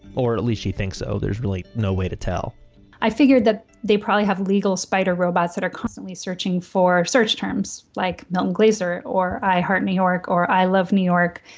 or at least she thinks so, there's really no way to tell i figured that they probably have legal spider robots that are constantly searching for search terms like milton glaser or i heart new york or i love new york.